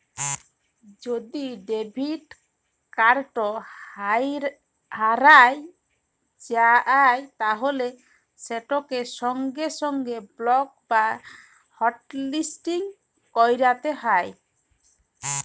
যদি debit card হারাঁয় যায় তাইলে সেটকে সঙ্গে সঙ্গে বলক বা হটলিসটিং ক্যইরতে হ্যয়